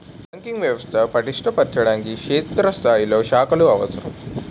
banking వ్యవస్థ పటిష్ట పరచడానికి క్షేత్రస్థాయిలో శాఖలు అవసరం